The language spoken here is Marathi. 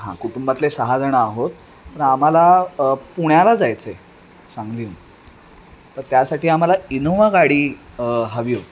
हां कुटुंबातले सहाजण आहोत तर आम्हाला पुण्याला जायचं आहे सांगलीहून तर त्यासाठी आम्हाला इनोवा गाडी हवी होती